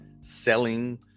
selling